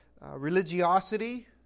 religiosity